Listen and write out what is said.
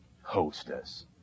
Hostess